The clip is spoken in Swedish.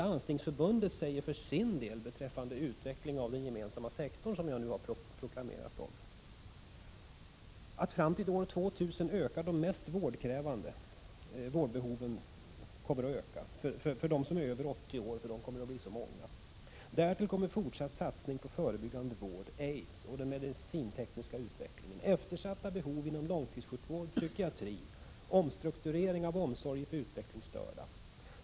Landstingsförbundet säger för sin del beträffande utvecklingen av den gemensamma sektorn, som jag nu talat för, att antalet vårdbehövande över 80 år kommer att öka fram till år 2000 därför att de äldre blir så många. Därtill kommer fortsatt satsning på förebyggande vård, aids och den medicinsk-tekniska utvecklingen, eftersatta behov inom långtidssjukvård, psykiatri, omstrukturering av omsorgen om utvecklingsstörda.